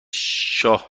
شاه